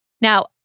Now